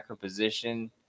position